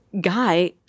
guy